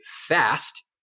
fast